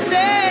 Say